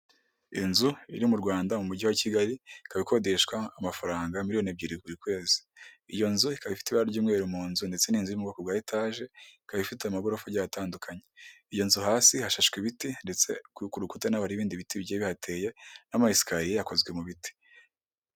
Inzu iri mu Rwanda mu mujyi wa Kigali ikaba ikodeshwa amafaranga miliyoni ebyiri buri kwezi. Iyo nzu ikaba ifite ibara ry'umweru mu nzu, ndetse n'inzu iri mu bwoko bwa etaje, ikaba ifite amagorofa agiye atandukanye, iyo nzu hasi hashashe ibiti ndetse ku rukuta naho ibindi biti bigiye bihateye n'amesikariye akozwe mu biti.